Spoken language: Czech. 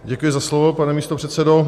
Děkuji za slovo, pane místopředsedo.